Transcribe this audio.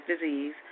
disease